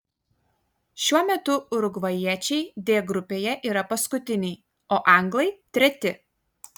šiuo metu urugvajiečiai d grupėje yra paskutiniai o anglai treti